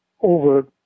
over